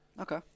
okay